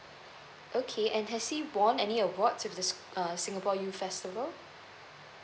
okay and has he won any awards with the ah singapore U festival